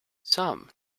some